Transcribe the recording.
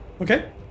okay